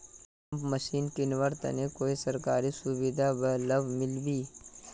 Pump machine किनवार तने कोई सरकारी सुविधा बा लव मिल्बी?